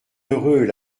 heureux